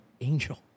angel